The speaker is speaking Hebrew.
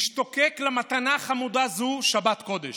משתוקק למתנה חמודה זו, שבת קודש.